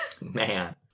man